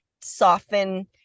soften